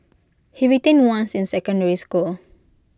he retained once in secondary school